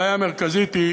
הבעיה המרכזית היא